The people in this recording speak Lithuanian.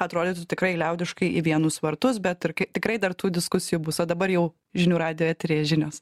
atrodytų tikrai liaudiškai į vienus vartus bet ir tikrai dar tų diskusijų bus o dabar jau žinių radijo eteryje žinios